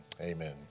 Amen